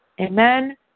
Amen